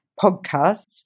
podcasts